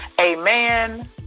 Amen